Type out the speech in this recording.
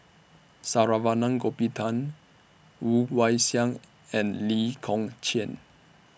Saravanan Gopinathan Woon Wah Siang and Lee Kong Chian